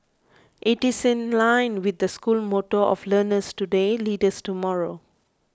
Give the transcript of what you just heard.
it is in line with the school motto of learners today leaders tomorrow